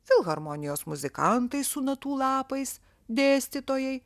filharmonijos muzikantai su natų lapais dėstytojai